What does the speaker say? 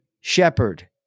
shepherd